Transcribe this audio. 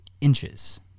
inches